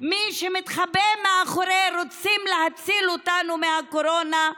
מי שמתחבא מאחורי "רוצים להציל אותנו מהקורונה".